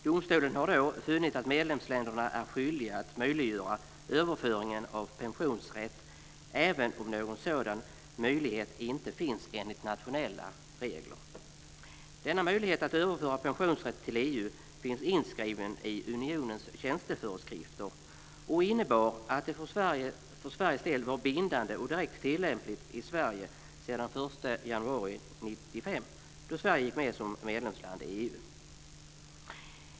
Domstolen har då funnit att medlemsländerna är skyldiga att möjliggöra överföringen av pensionsrätt även om någon sådan möjlighet inte finns enligt nationella regler. Denna möjlighet att överföra pensionsrätt till EU finns inskriven i unionens tjänsteföreskrifter och innebär att det för Sveriges del är bindande och direkt tillämpligt i Sverige sedan den 1 januari 1995, då Sverige blev medlemsland i EU.